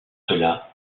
cela